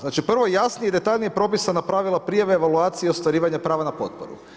Znači, prvo jasnije i detaljnije propisana pravila prijave evaluacije i ostvarivanja prava na potporu.